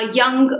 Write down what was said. young